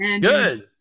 Good